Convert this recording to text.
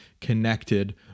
connected